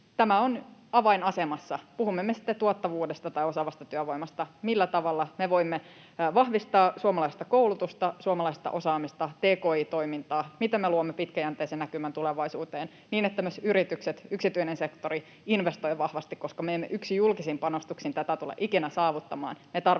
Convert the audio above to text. Tämä on avainasemassa, puhumme me sitten tuottavuudesta tai osaavasta työvoimasta, millä tavalla me voimme vahvistaa suomalaista koulutusta, suomalaista osaamista, tki-toimintaa, miten me luomme pitkäjänteisen näkymän tulevaisuuteen, niin että myös yritykset, yksityinen sektori investoivat vahvasti, koska me emme yksin julkisin panostuksin tätä tule ikinä saavuttamaan.